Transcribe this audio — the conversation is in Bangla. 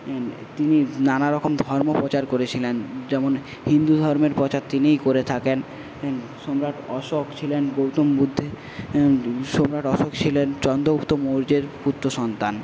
তিনি নানারকম ধর্ম প্রচার করেছিলেন যেমন হিন্দু ধর্মের প্রচার তিনিই করে থাকেন সম্রাট অশোক ছিলেন গৌতম বুদ্ধের সম্রাট অশোক ছিলেন চন্দ্রগুপ্ত মোর্যের পুত্রসন্তান